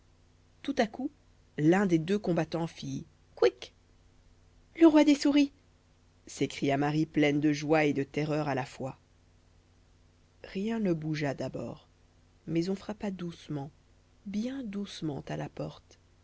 tout à coup l'un des deux combattants fit couic le roi des souris s'écria marie pleine de joie et de terreur à la fois rien ne bougea d'abord mais on frappa doucement bien doucement à la porte